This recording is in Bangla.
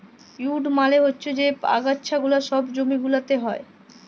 উইড মালে হচ্যে যে আগাছা গুলা সব জমি গুলাতে হ্যয়